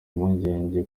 impungenge